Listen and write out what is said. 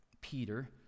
Peter